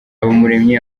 habumuremyi